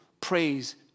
praise